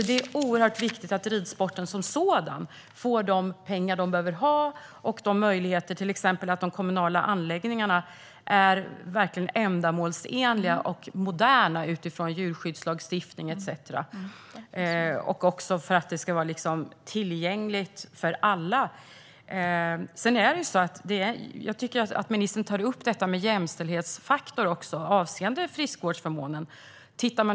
Det är oerhört viktigt att ridsporten som sådan får de pengar och de möjligheter den behöver, till exempel att de kommunala anläggningarna är ändamålsenliga och moderna utifrån djurskyddslagstiftning etcetera. Och det ska vara tillgängligt för alla. Ministern tar också upp jämställdhet avseende friskvårdsförmånen.